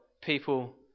people